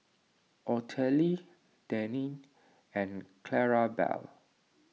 Ottilie Denine and Clarabelle